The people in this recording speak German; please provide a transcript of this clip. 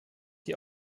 die